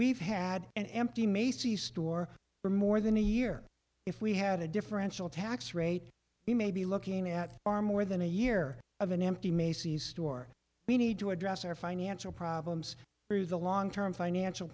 we've had an empty macy's store for more than a year if we had a differential tax rate you may be looking at far more than a year of an empty macy's store we need to address our financial problems through the long term financial